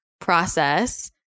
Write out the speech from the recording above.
process